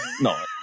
No